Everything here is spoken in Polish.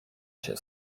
się